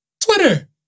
Twitter